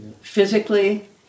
physically